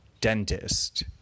dentist